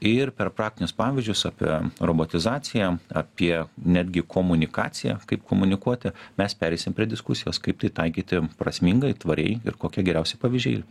ir per praktinius pavyzdžius apie robotizaciją apie netgi komunikaciją kaip komunikuoti mes pereisim prie diskusijos kaip tai taikyti prasmingai tvariai ir kokie geriausi pavyzdžiai